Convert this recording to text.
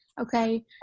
okay